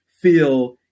Feel